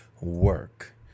work